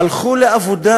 הלכו לעבודה,